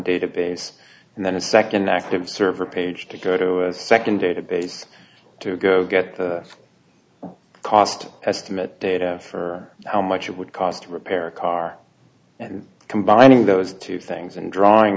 database and then a second active server page to go to a second database to go get the cost estimate for how much it would cost to repair a car and combining those two things and drawing